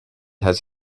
has